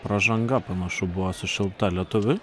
pražanga panašu buvo sušaukta lietuviui